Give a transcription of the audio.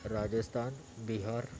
Rajasthan Bihar